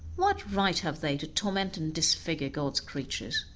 what right have they to torment and disfigure god's creatures?